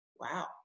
wow